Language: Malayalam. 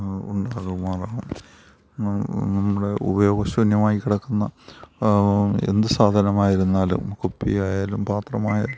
ഉണ്ടാകുമാറാവണം നമ്മൾ ഉപയോഗശൂന്യമായി കിടക്കുന്ന എന്ത് സാധനമായിരുന്നാലും കുപ്പിയായാലും പാത്രമായാലും